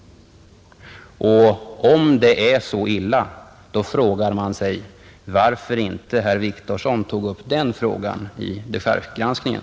Om det är så illa, frågar man sig varför inte herr Wictorsson tog upp frågan vid dechargegranskningen.